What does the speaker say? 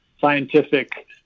scientific